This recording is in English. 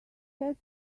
had